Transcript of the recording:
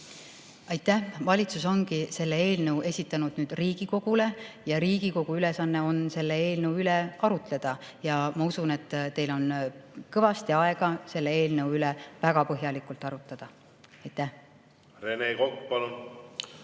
Aitäh! Valitsus on selle eelnõu esitanud Riigikogule ja Riigikogu ülesanne on selle eelnõu üle arutleda. Ja ma usun, et teil on kõvasti aega seda eelnõu väga põhjalikult arutada. Rene Kokk,